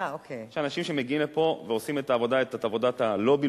יש אנשים שמגיעים לפה ועושים את עבודת הלובי.